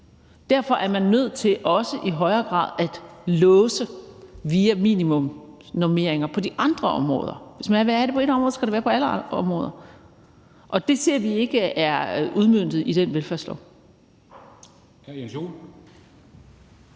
Derfor er man nødt til også i højere grad at låse via minimumsnormeringer på de andre områder. Hvis man vil have det på ét område, skal det være på alle områder, og det ser vi ikke er udmøntet i den velfærdslov. Kl. 17:54